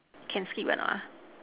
can skip or not